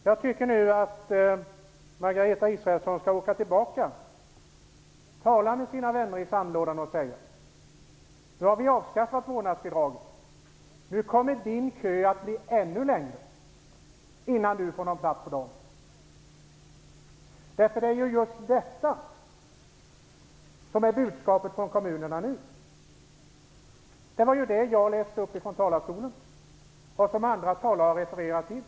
Jag tycker att Margareta Israelsson på nytt skall tala med sina vänner i sandlådan och säga till dem: Nu har vi avskaffat vårdnadsbidraget, och nu kommer ni att få vänta ännu längre i kö innan ni får någon plats på dagis. Det är ju just detta som är budskapet från kommunerna nu. Det var det jag läste upp från talarstolen och som andra talare har refererat till.